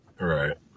right